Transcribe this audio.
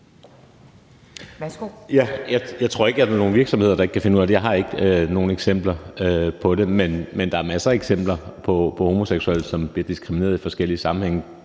Jeg tror ikke, at der er nogen virksomheder, der ikke kan finde ud af det. Jeg har ikke nogen eksempler på det. Men der er masser af eksempler på homoseksuelle, som bliver diskrimineret i forskellige sammenhænge,